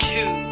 Two